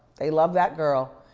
they love that girl.